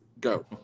Go